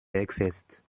bergfest